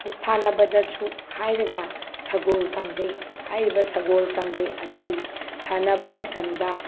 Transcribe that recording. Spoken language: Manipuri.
ꯁꯥꯟꯅꯕꯗꯁꯨ ꯍꯥꯏꯔꯒ ꯁꯒꯣꯜ ꯀꯥꯡꯖꯩ ꯍꯥꯏꯔꯤꯕ ꯁꯒꯣꯜ ꯀꯥꯡꯖꯩ ꯑꯁꯤ ꯁꯥꯟꯅꯕ ꯃꯇꯝꯗ